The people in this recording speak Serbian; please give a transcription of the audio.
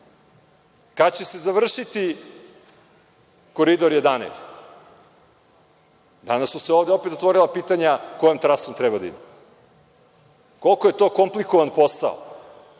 će se završiti Koridor 11? Danas su se ovde opet otvorila pitanja kojom trase treba da ide. Koliko je to komplikovan posao,